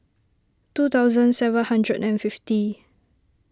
two thousand seven hundred and fifty